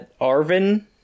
Arvin